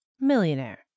Millionaire